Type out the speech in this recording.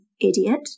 idiot